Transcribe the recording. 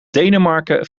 denemarken